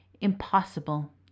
Impossible